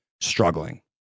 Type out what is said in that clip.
struggling